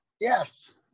Yes